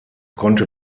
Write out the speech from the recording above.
konnte